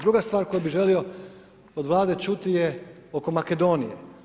Druga stvar koju bih želio od Vlade čuti je oko Makedonije.